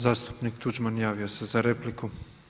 Zastupnik Tuđman javio se za repliku.